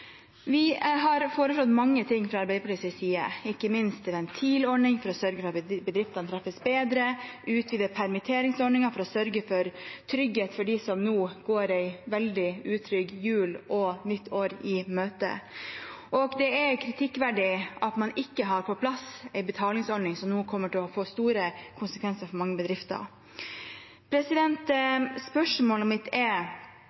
Vi har foreslått mange ting fra Arbeiderpartiets side, ikke minst en ventilordning for å sørge for at bedriftene treffes bedre, og utvidede permitteringsordninger for å sørge for trygghet for dem som nå går en veldig utrygg jule- og nyttårshelg i møte. Det er kritikkverdig at man ikke har på plass en betalingsordning, noe som nå kommer til å få store konsekvenser for mange bedrifter. Spørsmålet mitt er: